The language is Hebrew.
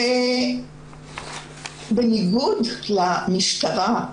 בניגוד למשטרה,